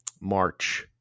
March